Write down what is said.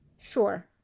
Sure